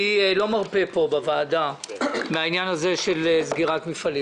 אני לא מרפה פה בוועדה מעניין סגירת מפעלים,